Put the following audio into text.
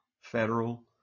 federal